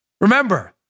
Remember